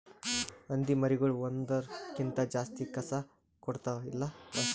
ಹಂದಿ ಮರಿಗೊಳ್ ಒಂದುರ್ ಕ್ಕಿಂತ ಜಾಸ್ತಿ ಕಸ ಕೊಡ್ತಾವ್ ಎಲ್ಲಾ ವರ್ಷ